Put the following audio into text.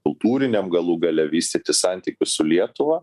kultūriniam galų gale vystyti santykius su lietuva